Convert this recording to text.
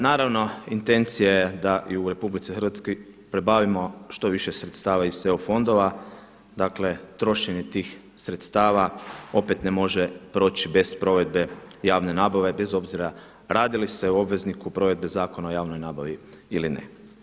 Naravno intencija je da i u Republici Hrvatskoj pribavimo što više sredstava iz EU fondova, dakle trošenje tih sredstava opet ne može proći bez provedbe javne nabave bez obzira radi li se o obvezniku provedbe Zakona o javnoj nabavi ili ne.